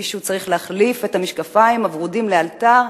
מישהו צריך להחליף את המשקפיים הוורודים לאלתר.